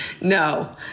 no